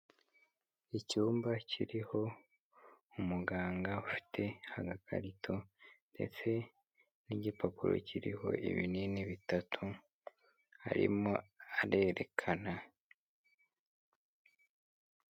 Icyumba kiriho umuganga ufite agakarito ndetse n'igipapuro kiriho ibinini bitatu arimo arerekana.